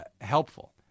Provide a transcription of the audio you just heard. helpful